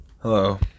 Hello